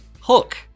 Hook